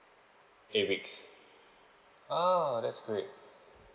eight weeks ah that's great